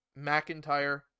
McIntyre